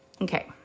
Okay